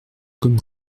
comme